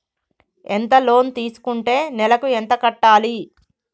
ఎంత లోన్ తీసుకుంటే నెలకు ఎంత కట్టాలి?